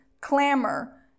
clamor